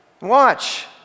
Watch